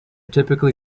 typically